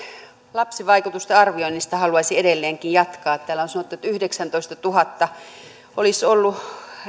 lapsivaikutusten arvioinnista haluaisin edelleenkin jatkaa täällä on sanottu että yhdeksäntoistatuhatta olisi ollut